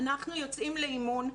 אנחנו יוצאים לאימון,